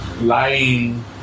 lying